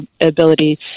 ability